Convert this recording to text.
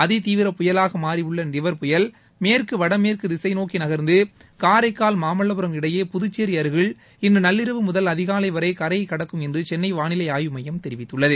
அதி தீவிர புயலாக மாறியுள்ள நிவர் புயல் மேற்கு வடமேற்கு திசை நோக்கி நகர்ந்து காரைக்கால் மாமல்லபரம் இடையே புதுச்சேரி அருகில் இன்று நள்ளிரவு முதல் அதிகாலை வரை கரையைக் கடக்கும் என்று சென்னை வானிலை ஆய்வு மையம் தெரிவித்துள்ளது